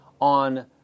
on